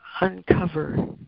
uncover